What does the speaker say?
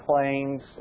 claims